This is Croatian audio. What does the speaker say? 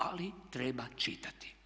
Ali, treba čitati.